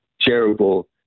terrible